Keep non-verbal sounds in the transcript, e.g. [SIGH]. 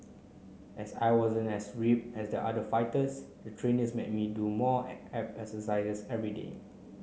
as I wasn't as ripped as the other fighters the trainers made me do more [UNINTELLIGIBLE] abs exercises everyday